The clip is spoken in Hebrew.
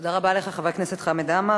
תודה רבה לך, חבר הכנסת חמד עמאר.